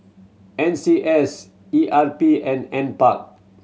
N C S E R P and Nparks